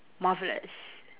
marvelous